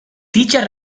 dicha